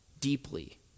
deeply